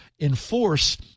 enforce